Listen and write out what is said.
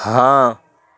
ہاں